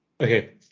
Okay